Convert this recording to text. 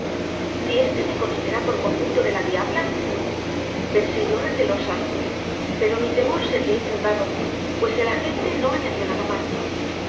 si éste me conocerá por conducto de la diabla pensé yo recelosa pero mi temor sería infundado pues el agente no añadió nada más